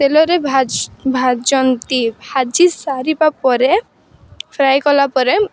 ତେଲରେ ଭାଜନ୍ତି ଭାଜି ସାରିବା ପରେ ଫ୍ରାଇ କଲାପରେ